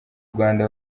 rwanda